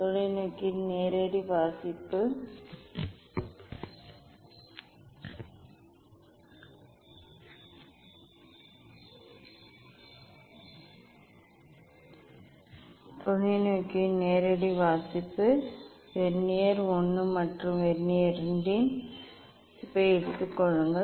தொலைநோக்கியின் நேரடி வாசிப்பு வெர்னியர் I மற்றும் வெர்னியர் II இன் வாசிப்பை எடுத்துக் கொள்ளுங்கள்